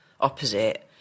opposite